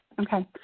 okay